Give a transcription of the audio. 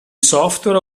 software